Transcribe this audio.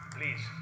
Please